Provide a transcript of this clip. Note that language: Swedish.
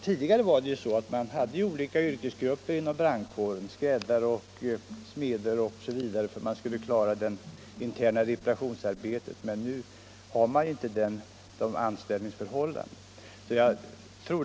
Tidigare fanns olika yrkesgrupper inom brandkåren — skräddare, smeder osv. — för att klara det interna reparationsarbetet, men numera har man inte de anställningsförhållandena.